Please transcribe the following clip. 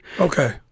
Okay